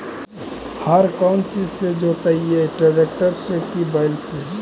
हर कौन चीज से जोतइयै टरेकटर से कि बैल से?